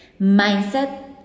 Mindset